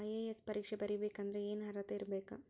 IAS ಪರೇಕ್ಷೆ ಬರಿಬೆಕಂದ್ರ ಏನ್ ಅರ್ಹತೆ ಇರ್ಬೇಕ?